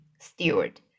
Steward